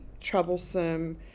troublesome